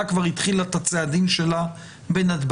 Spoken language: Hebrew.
כשהממשלה כבר התחילה את הצעדים שלה בנתב"ג.